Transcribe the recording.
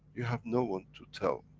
you have no one to tell,